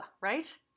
right